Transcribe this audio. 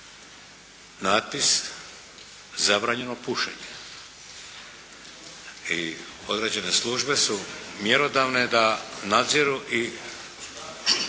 natpis "Zabranjeno pušenje". I određene službe su mjerodavne da nadziru i